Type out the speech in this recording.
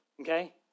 Okay